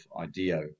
IDEO